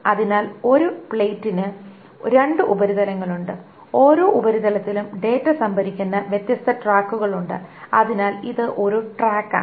അതിനാൽ ഒരു പ്ലേറ്ററിന് രണ്ട് ഉപരിതലങ്ങളുണ്ട് ഓരോ ഉപരിതലത്തിലും ഡാറ്റ സംഭരിക്കുന്ന വ്യത്യസ്ത ട്രാക്കുകളുണ്ട് അതിനാൽ ഇത് ഒരു ട്രാക്കാണ്